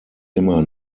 immer